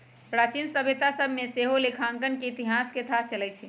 प्राचीन सभ्यता सभ से सेहो लेखांकन के इतिहास के थाह चलइ छइ